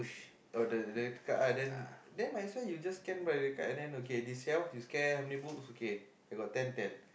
or the the card ah then then might as well you just scan by the card then this shelf you scan then okay I got ten ten